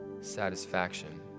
satisfaction